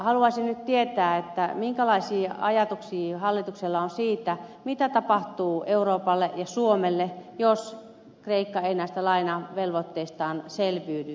haluaisin nyt tietää minkälaisia ajatuksia hallituksella on siitä mitä tapahtuu euroopalle ja suomelle jos kreikka ei näistä lainavelvoitteistaan selviydy